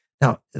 Now